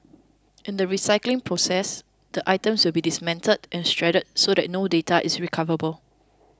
in the recycling process the items will be dismantled and shredded so that no data is recoverable